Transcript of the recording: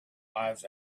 lives